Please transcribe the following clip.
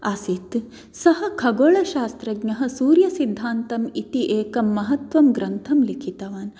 आसीत् सः खगोलशास्त्रज्ञः सूर्यसिद्धान्तम् इति एकं महत्त्वं ग्रन्थं लिखितवान्